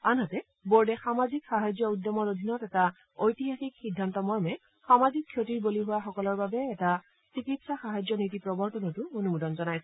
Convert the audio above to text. আনহাতে বোৰ্ডে সামাজিক সাহায্য উদ্যমৰ অধীনত এটা ঐতিহাসিক সিদ্ধান্তমৰ্মে সামাজিক ক্ষতিৰ বলি হোৱা সকলৰ বাবে এটা চিকিৎসা সাহায্য নীতি প্ৰৱৰ্তনতো অনুমোদন জনাইছে